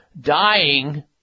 dying